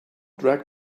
drag